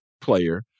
player